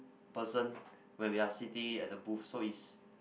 person where we are city at the booth so it's